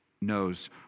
knows